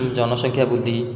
ଜନ ସଂଖ୍ୟା ବୃଦ୍ଧି